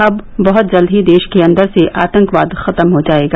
अब बहुत जल्द ही देश के अन्दर से आतंकवाद खत्म हो जायेगा